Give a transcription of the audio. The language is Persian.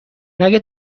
مگه